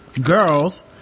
Girls